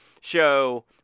show